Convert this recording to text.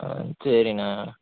ஆ சரிண்ணா